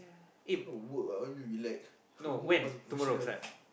gonna work lah what you mean relax work must be professional